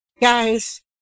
Guys